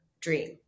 dream